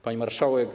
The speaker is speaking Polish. Pani Marszałek!